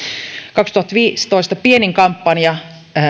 kaksituhattaviisitoista pienin kampanja